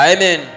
Amen